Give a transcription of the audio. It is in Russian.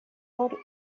роль